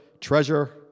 treasure